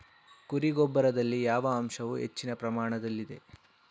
ಕುರಿ ಗೊಬ್ಬರದಲ್ಲಿ ಯಾವ ಅಂಶವು ಹೆಚ್ಚಿನ ಪ್ರಮಾಣದಲ್ಲಿದೆ?